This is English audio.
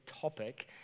topic